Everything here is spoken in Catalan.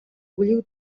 bulliu